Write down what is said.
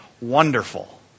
Wonderful